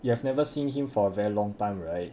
we've never seen him for a very long time right